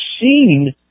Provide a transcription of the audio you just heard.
seen